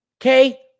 okay